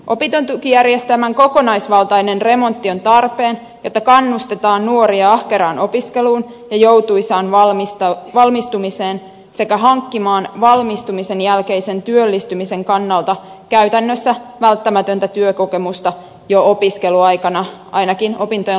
opintotukijärjestelmän kokonaisvaltainen remontti on tarpeen jotta kannustetaan nuoria ahkeraan opiskeluun ja joutuisaan valmistumiseen sekä hankkimaan valmistumisen jälkeisen työllistymisen kannalta käytännössä välttämätöntä työkokemusta jo opiskeluaikana ainakin opintojen loppuvaiheessa